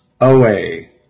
away